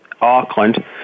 Auckland